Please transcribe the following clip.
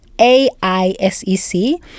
A-I-S-E-C